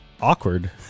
awkward